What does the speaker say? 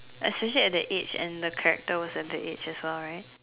especially at that age and the character was at that age as well right